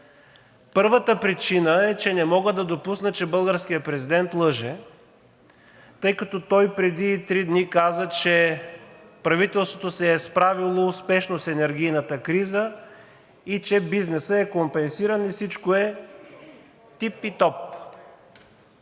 Първата причина е, че не мога да допусна, че българският президент лъже, тъй като той преди три дни каза, че правителството се е справило успешно с енергийната криза и че бизнесът е компенсиран и всичко е тип и топ.